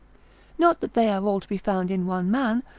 not that they are all to be found in one man,